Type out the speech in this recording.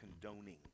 condoning